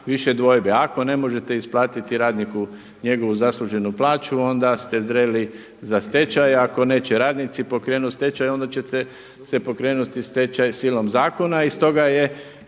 više dvojbe. Ako ne možete isplatiti radniku njegovu zasluženu plaću, onda ste zreli za stečaj. Ako neće radnici pokrenut stečaj, onda ćete pokrenuti stečaj silom zakona.